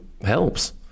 helps